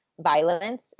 violence